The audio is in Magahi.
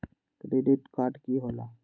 क्रेडिट कार्ड की होला?